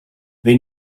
they